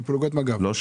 אגב,